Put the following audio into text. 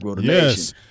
Yes